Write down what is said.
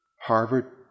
Harvard